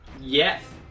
Yes